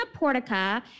Portica